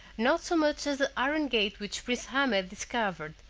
not so much as the iron gate which prince ahmed discovered,